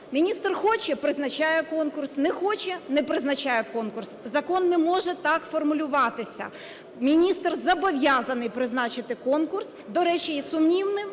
Міністр хоче – призначає конкурс, не хоче – не призначає конкурс. Закон не може так формулюватися. Міністр зобов'язаний призначити конкурс. До речі, і сумнівною